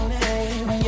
name